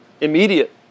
immediate